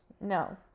No